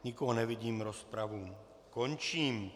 Nikoho nevidím, rozpravu končím.